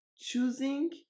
Choosing